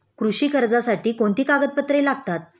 कृषी कर्जासाठी कोणती कागदपत्रे लागतात?